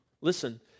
Listen